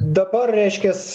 dabar reiškias